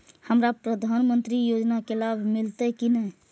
हमरा प्रधानमंत्री योजना के लाभ मिलते की ने?